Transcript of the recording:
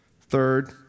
Third